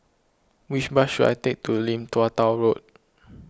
which bus should I take to Lim Tua Tow Road